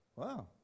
Wow